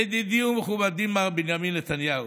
ידידי ומכובדי מר בנימין נתניהו.